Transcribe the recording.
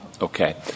Okay